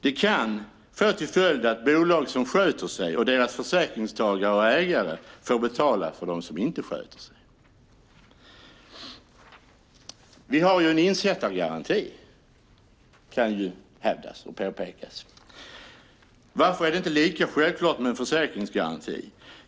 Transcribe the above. Det kan få till följd att de bolag som sköter sig, deras försäkringstagare och ägare, får betala för dem som inte sköter sig. Vi har ju en insättargaranti, kan det hävdas. Varför är det inte lika självklart med en försäkringsgaranti?